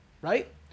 Right